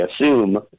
assume